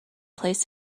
placed